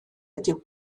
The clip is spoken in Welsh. ydyw